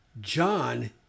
John